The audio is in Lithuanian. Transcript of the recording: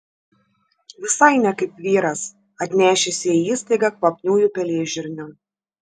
visai ne kaip vyras atnešęs jai į įstaigą kvapniųjų pelėžirnių